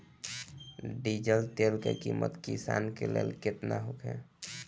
Diesel तेल के किमत किसान के लेल केतना होखे?